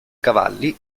cavalli